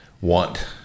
want